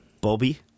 Bobby